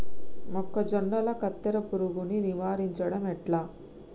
మొక్కజొన్నల కత్తెర పురుగుని నివారించడం ఎట్లా?